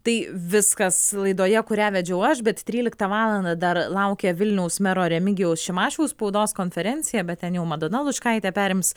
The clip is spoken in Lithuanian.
tai viskas laidoje kurią vedžiau aš bet tryliktą valandą dar laukia vilniaus mero remigijaus šimašiaus spaudos konferencija bet ten jau madona lučkaitė perims